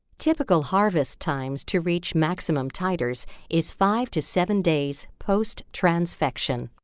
typical harvest times to reach maximum titers is five to seven days post-transfection.